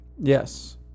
Yes